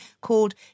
called